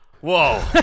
Whoa